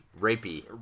Rapey